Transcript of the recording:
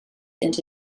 into